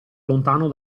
lontano